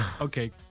Okay